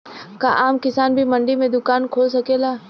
का आम किसान भी मंडी में दुकान खोल सकेला?